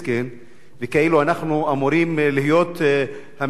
וכאילו אנחנו אמורים להיות המגינים עליו,